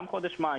גם חודש מאי,